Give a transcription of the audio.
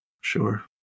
Sure